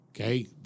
Okay